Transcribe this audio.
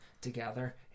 together